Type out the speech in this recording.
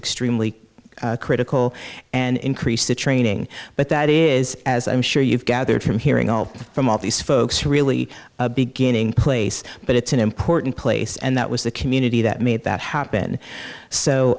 extremely critical and increase the training but that is as i'm sure you've gathered from hearing all from all these folks are really beginning place but it's an important place and that was the community that made that happen so